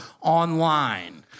online